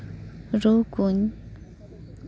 ᱨᱩ ᱠᱚᱧ